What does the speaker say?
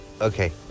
Okay